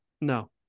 No